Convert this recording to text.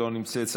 לא נמצאת,